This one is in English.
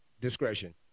discretion